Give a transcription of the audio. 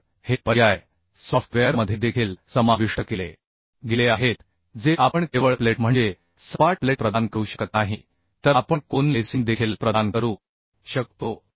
तर हे पर्याय सॉफ्टवेअरमध्ये देखील समाविष्ट केले गेले आहेत जे आपण केवळ प्लेट म्हणजे सपाट प्लेट प्रदान करू शकत नाही तर आपण कोन लेसिंग देखील प्रदान करू शकतो